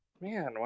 Man